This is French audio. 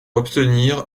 obtenir